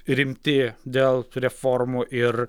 rimti dėl reformų ir